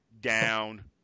down